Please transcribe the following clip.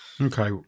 Okay